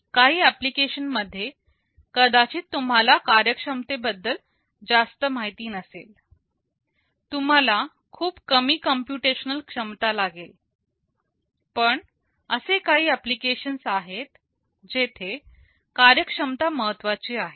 काही ऍप्लिकेशन मध्ये कदाचित तुम्हाला कार्यक्षमतेबद्दल जास्त माहित नसेल तुम्हाला खूप कमी कंपुटेशनल क्षमता लागेल पण असे काही एप्लीकेशन्स आहेत जिथे कार्यक्षमता महत्वाची आहे